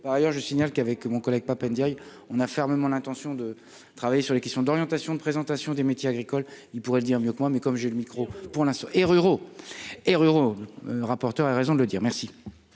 par ailleurs, je signale qu'avec mon collègue PAP Ndaye on a fermement l'intention de travailler sur les questions d'orientation de présentation des métiers agricoles, il pourrait dire mieux que moi, mais comme j'ai le micro pour l'instant et ruraux et ruraux rapporteur raison de le dire, merci.